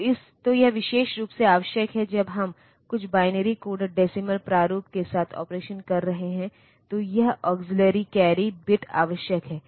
तो यह विशेष रूप से आवश्यक है जब हम कुछ बाइनरी कोडेड डेसीमल प्रारूप के साथ ऑपरेशन कर रहे हैं तो यह अक्सिल्लरी कैरी बिट आवश्यक है